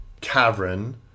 cavern